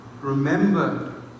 Remember